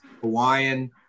Hawaiian